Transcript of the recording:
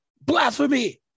blasphemy